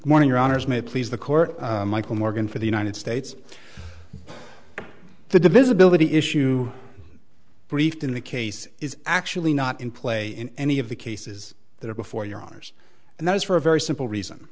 morning your honor is may please the court michael morgan for the united states the divisibility issue briefed in the case is actually not in play in any of the cases that are before your honor's and that is for a very simple reason